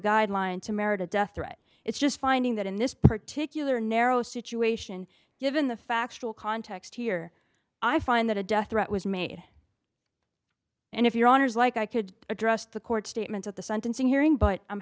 guideline to merit a death threat it's just finding that in this particular narrow situation given the factual context here i find that a death threat was made and if your honour's like i could address the court statement at the sentencing hearing but i'm